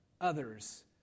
others